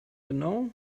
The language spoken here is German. genau